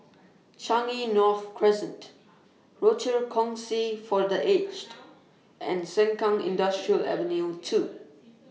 Changi North Crescent Rochor Kongsi For The Aged and Sengkang Industrial Ave two